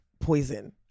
poison